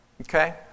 okay